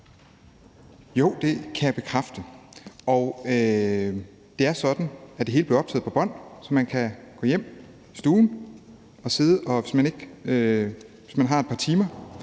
Jo, det kan jeg bekræfte. Det er sådan, at det hele blev optaget på bånd. Så man kan gå hjem i sin stue, hvis man har et par timer